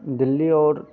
दिल्ली और